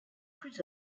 plus